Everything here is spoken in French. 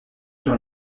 dans